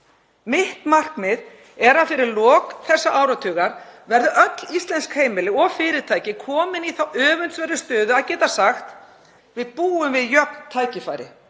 Mitt markmið er að fyrir lok þessa áratugar verði öll íslensk heimili og fyrirtæki komin í þá öfundsverðu stöðu að geta sagt: Við búum við jöfn tækifæri.